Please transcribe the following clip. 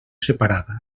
separada